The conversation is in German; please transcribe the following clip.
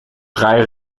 drei